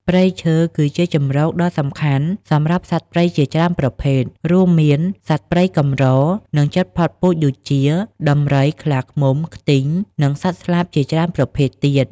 ព្រៃឈើគឺជាជម្រកដ៏សំខាន់សម្រាប់សត្វព្រៃជាច្រើនប្រភេទ រួមមាន សត្វព្រៃកម្រ និងជិតផុតពូជដូចជា ដំរី ខ្លាឃ្មុំ ខ្ទីង និងសត្វស្លាបជាច្រើនប្រភេទទៀត។